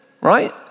right